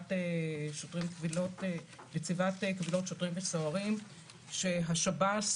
נציבת קבילות שוטרים וסוהרים שהשב"ס